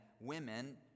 women